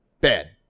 Bad